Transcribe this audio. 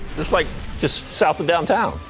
just like just south of downtown.